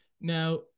now